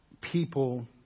people